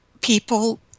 people